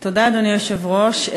אדוני היושב-ראש,